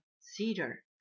cedar